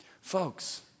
Folks